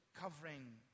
covering